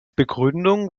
begründung